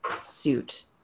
suit